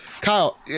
Kyle